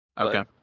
Okay